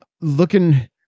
looking